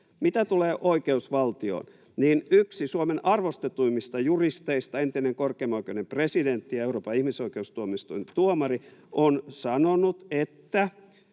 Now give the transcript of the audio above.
Mitä tulee oikeusvaltioon, niin yksi Suomen arvostetuimmista juristeista, entinen korkeimman oikeuden presidentti ja Euroopan ihmisoikeustuomioistuimen tuomari, on sanonut, että